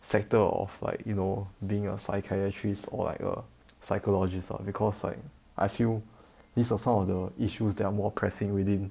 sector of like you know being a psychiatrist or like a psychologist lah because like I feel these are some of the issues that are more pressing within